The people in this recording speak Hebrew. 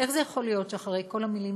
איך זה יכול להיות שאחרי כל המילים